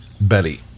Betty